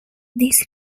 this